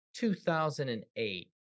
2008